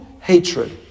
hatred